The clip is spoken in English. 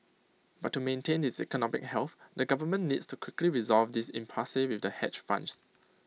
but to maintain its economic health the government needs to quickly resolve this impasse with the hedge funds